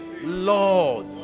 Lord